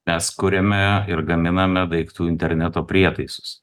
mes kuriame ir gaminame daiktų interneto prietaisus